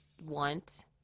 want